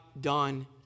done